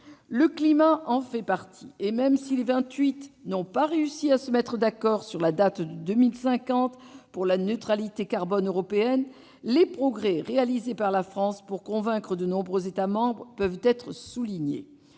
Le climat en fait partie. Et même si les Vingt-Huit n'ont pas réussi à se mettre d'accord sur la date de 2050 pour la neutralité carbone européenne, les progrès réalisés par la France pour convaincre de nombreux États membres peuvent être soulignés.